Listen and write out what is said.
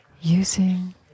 using